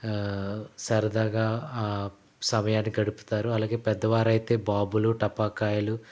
సరదాగా సమయాన్ని గడుపుతారు అలాగే పెద్దవారైతే బాంబులు టపాకాయలు